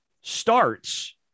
starts